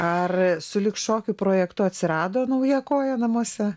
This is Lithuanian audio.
ar sulig šokių projektu atsirado nauja koja namuose